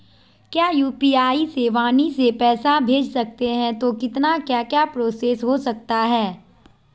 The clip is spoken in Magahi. क्या यू.पी.आई से वाणी से पैसा भेज सकते हैं तो कितना क्या क्या प्रोसेस हो सकता है?